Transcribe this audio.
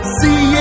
see